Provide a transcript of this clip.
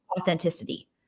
authenticity